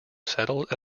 settled